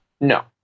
No